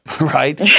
Right